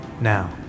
Now